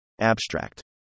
Abstract